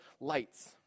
lights